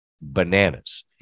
bananas